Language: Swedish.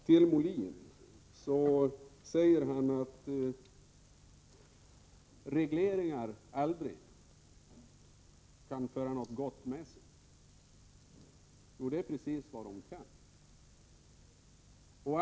Björn Molin säger att regleringar aldrig kan föra något gott med sig. Jo, det är precis vad de kan!